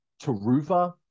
Taruva